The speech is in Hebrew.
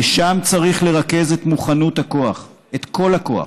לשם צריך לרכז את מוכנות הכוח, את כל הכוח.